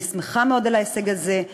אני שמחה מאוד על ההישג הזה,